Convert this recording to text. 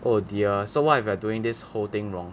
oh dear so what if we're doing this whole thing wrong